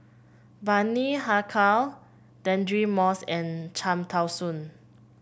Bani Haykal Deirdre Moss and Cham Tao Soon